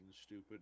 stupid